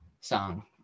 song